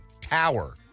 tower